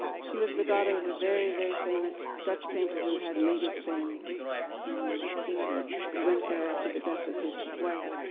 she was the daughter of a very, very famous dutch painter who had made his fame in england. he went there after the death of his wife